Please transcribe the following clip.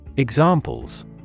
Examples